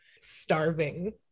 Starving